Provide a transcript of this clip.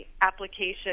application